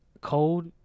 cold